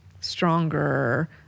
stronger